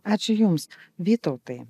ačiū jums vytautai